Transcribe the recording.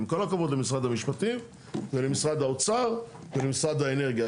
עם כל הכבוד למשרד המשפטים ולמשרד האוצר ולמשרד האנרגיה.